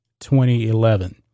2011